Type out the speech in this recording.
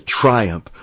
triumph